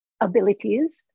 abilities